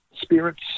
spirits